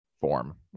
form